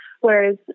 Whereas